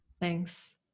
Thanks